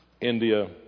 India